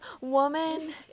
woman